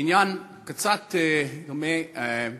עניין קצת דומה: